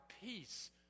peace